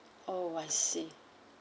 oh I see